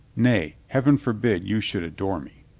nay, heaven forbid you should adore me.